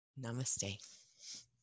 Namaste